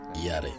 Yare